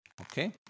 Okay